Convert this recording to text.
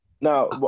Now